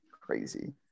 crazy